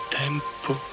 tempo